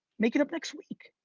make it up next week.